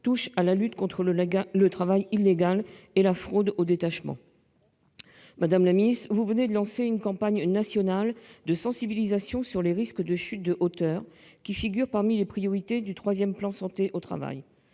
touchent à la lutte contre le travail illégal et la fraude au détachement. Madame la ministre, vous venez de lancer une campagne nationale de sensibilisation au risque de chutes de hauteur, qui figure parmi les priorités du troisième Plan santé au travail.